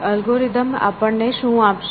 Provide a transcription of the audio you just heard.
algorithm આપણને શું આપશે